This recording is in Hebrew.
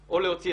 לרעה,